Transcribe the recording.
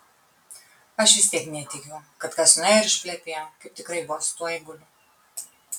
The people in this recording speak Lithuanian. aš vis tiek netikiu kad kas nuėjo ir išplepėjo kaip tikrai buvo su tuo eiguliu